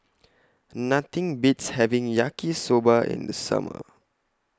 Nothing Beats having Yaki Soba in The Summer